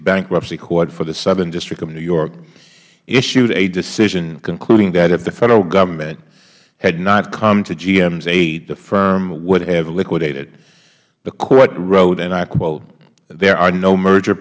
bankruptcy court for the southern district of new york issued a decision concluding that if the federal government had not come to gm's aid the firm would have liquidated the court wrote and i quote there are no merger